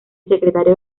secretario